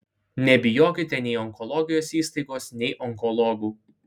nebijokite nei onkologijos įstaigos nei onkologų